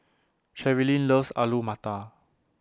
Cherilyn loves Alu Matar